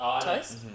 toast